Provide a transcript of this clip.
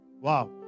Wow